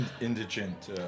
Indigent